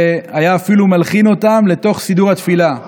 והיה אפילו מלחין אותם לתוך סידור התפילה.